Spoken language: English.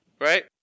Right